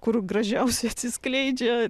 kur gražiausiai atsiskleidžia